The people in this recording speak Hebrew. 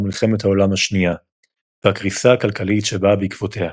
מלחמת העולם השנייה והקריסה הכלכלית שבאה בעקבותיה,